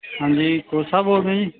ਹਾਂਜੀ ਕੋਚ ਸਾਹਿਬ ਬੋਲ ਰਹੇ ਜੀ